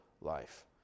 life